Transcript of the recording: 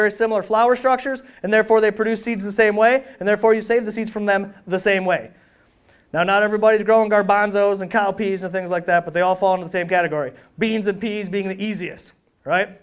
very similar flower structures and therefore they produce seeds the same way and therefore you save the seeds from them the same way now not everybody is growing garbanzos and copies of things like that but they all fall in the same category beans of peas being the easiest right